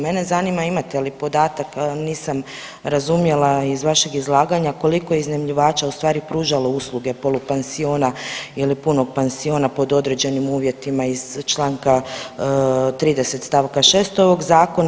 Mene zanima imate li podatak, nisam razumjela iz vašeg izlaganja koliko je iznajmljivača u stvari pružalo usluge polupansiona ili punog pansiona pod određenim uvjetima iz Članka 30. stavka 6. ovog zakona.